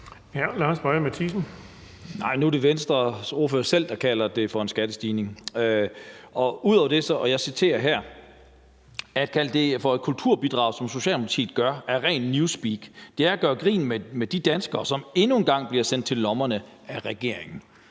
10:25 Lars Boje Mathiesen (UFG): Nu er det Venstres ordfører selv, der kalder det for en skattestigning og ud over det siger: »At kalde det for et »kulturbidrag«, som Socialdemokratiet gør, er ren New speak. Det er at gøre grin med de danskere, som endnu engang bliver sendt til lommerne af regeringen«.